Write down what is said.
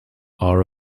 are